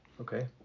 Okay